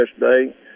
yesterday